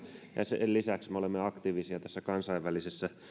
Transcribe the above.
ja sen lisäksi me olemme aktiivisia tässä kansainvälisessä